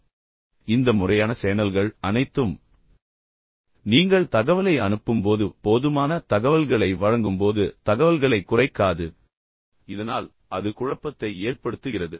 எனவே இந்த முறையான சேனல்கள் அனைத்தும் நீங்கள் தகவலை அனுப்பும்போது போதுமான தகவல்களை வழங்கும்போது தகவல்களைக் குறைக்காது இதனால் அது குழப்பத்தை ஏற்படுத்துகிறது